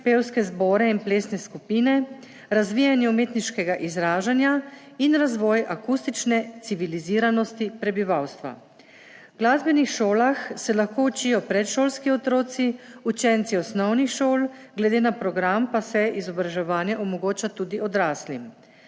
pevske zbore in plesne skupine, razvijanje umetniškega izražanja in razvoj akustične civiliziranosti prebivalstva. V glasbene šole se lahko učijo predšolski otroci, učenci osnovnih šol, glede na program pa se izobraževanje omogoča tudi odraslim.